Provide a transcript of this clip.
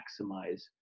maximize